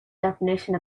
definition